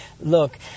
Look